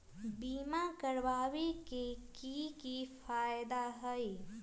बीमा करबाबे के कि कि फायदा हई?